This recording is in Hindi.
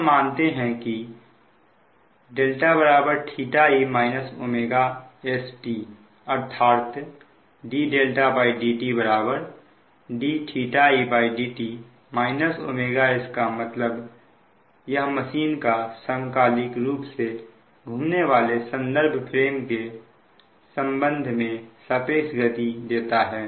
हम मानते हैं कि δe st अर्थात ddt dedt sका मतलब यह मशीन का समकालिक रूप से घूमने वाले संदर्भ फ्रेम के संबंध में सापेक्ष गति देता है